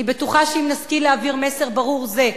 אני בטוחה שאם נשכיל להעביר מסר ברור זה,